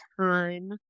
time